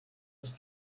els